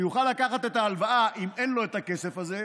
שיוכל לקחת את ההלוואה, אם אין לו את הכסף הזה,